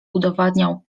udowadniał